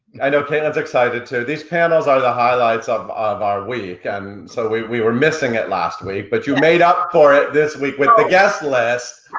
i know caitlin's excited too, these panels are the highlights of of our week, and so we we were missing it last week, but you made up for it this week with the guest list.